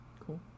Cool